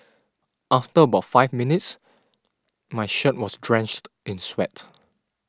after about five minutes my shirt was drenched in sweat